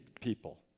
people